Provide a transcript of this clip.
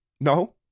No